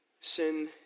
sin